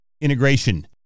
integration